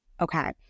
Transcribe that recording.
Okay